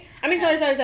hell